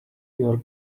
your